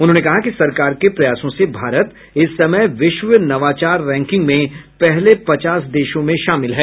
उन्होंने कहा कि सरकार के प्रयासों से भारत इस समय विश्व नवाचार रैंकिंग में पहले पचास देशों में शामिल है